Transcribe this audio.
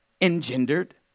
Engendered